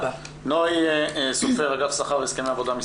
קודם כל מצטרף אלינו גם עלי בינג מאגף התקציבים לבקשתך,